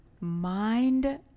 mind